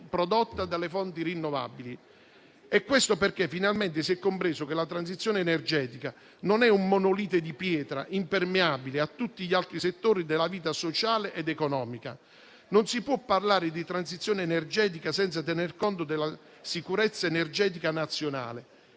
prodotta dalle fonti rinnovabili. Si è infatti finalmente compreso che la transizione energetica non è un monolite di pietra impermeabile a tutti gli altri settori della vita sociale ed economica. Non si può parlare di transizione energetica senza tener conto della sicurezza energetica nazionale